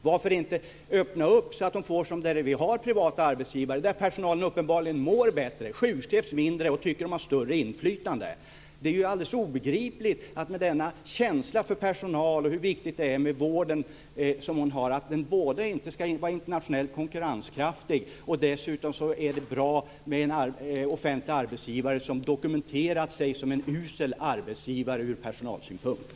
Varför inte öppna upp så att det blir som där vi har privata arbetsgivare, där personalen uppenbarligen mår bättre, sjukskrivs mindre och tycker att den har ett större inflytande? Det är ju alldeles obegripligt att hon med den känsla som hon har för personalen och hur viktigt det är med vården att denna inte ska vara internationellt konkurrenskraftig. Dessutom anser hon att det är bra med en offentlig arbetsgivare som dokumenterat ses som en usel arbetsgivare ur personalsynpunkt.